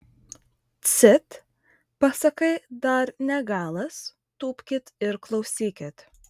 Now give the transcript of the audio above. cit pasakai dar ne galas tūpkit ir klausykit